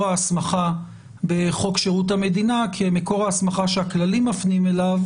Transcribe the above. ההסמכה בחוק שירות המדינה כמקור ההסמכה שהכללים מפנים אליו.